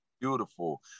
beautiful